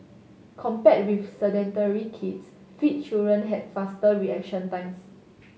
compare with sedentary kids fit children have faster reaction times